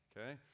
okay